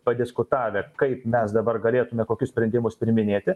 padiskutavę kaip mes dabar galėtume kokius sprendimus priiminėti